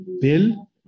bill